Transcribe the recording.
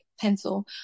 pencil